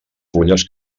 fulles